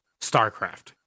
StarCraft